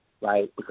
right